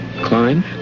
Klein